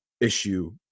issue